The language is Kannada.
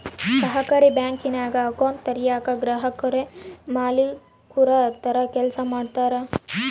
ಸಹಕಾರಿ ಬ್ಯಾಂಕಿಂಗ್ನಾಗ ಅಕೌಂಟ್ ತೆರಯೇಕ ಗ್ರಾಹಕುರೇ ಮಾಲೀಕುರ ತರ ಕೆಲ್ಸ ಮಾಡ್ತಾರ